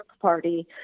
party